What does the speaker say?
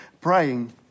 Praying